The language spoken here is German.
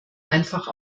einfach